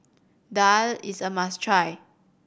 daal is a must try